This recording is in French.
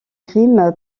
crime